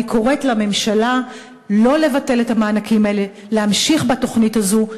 אני קוראת לממשלה לא לבטל את המענקים האלה ולהמשיך בתוכנית הזאת.